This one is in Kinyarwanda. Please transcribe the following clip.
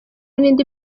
n’indi